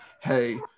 hey